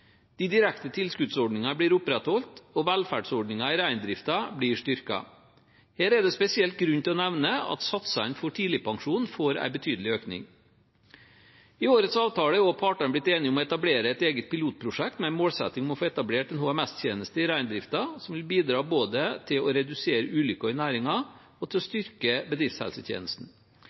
De direkte tilskuddsordningene blir opprettholdt, og velferdsordningene i reindriften blir styrket. Her er det spesielt grunn til å nevne at satsene for tidligpensjon får en betydelig økning. I årets avtale er partene også blitt enige om å etablere et eget pilotprosjekt med en målsetting om å få etablert en HMS-tjeneste i reindriften, noe som vil bidra både til å redusere ulykker i næringen og til å styrke bedriftshelsetjenesten.